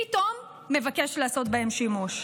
פתאום מבקש לעשות בהם שימוש.